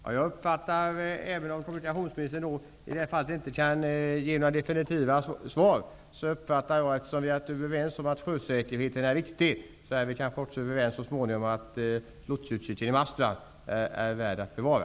Fru talman! Även om kommunikationsministern inte kan ge några definitiva svar, uppfattar jag, eftersom vi har varit överens om att sjösäkerheten är viktig, att vi så småningom kanske också blir överens om att lotsutkiken i Marstrand är värd att bevara.